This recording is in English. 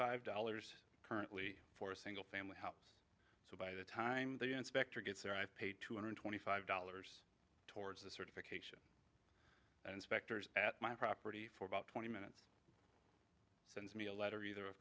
five dollars currently for a single family house so by the time the inspector gets there i've paid two hundred twenty five dollars towards this sort of thing and inspectors at my property for about twenty minutes sends me a letter either of